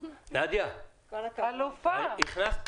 אלופה.